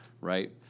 right